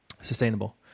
sustainable